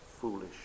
foolish